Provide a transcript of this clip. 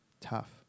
tough